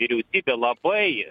vyriausybė labai